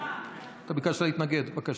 אתה ביקשת להתנגד, בבקשה.